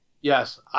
Yes